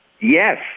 yes